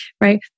right